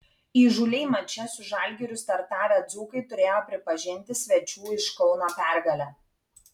įžūliai mače su žalgiriu startavę dzūkai turėjo pripažinti svečių iš kauno pergalę